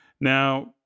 Now